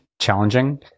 challenging